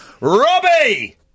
Robbie